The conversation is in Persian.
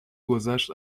گذشت